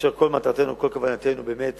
כאשר כל מטרתנו, כל כוונתנו באמת